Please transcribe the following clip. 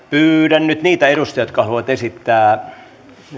pyydän nyt niitä edustajia jotka haluavat esittää